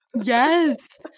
Yes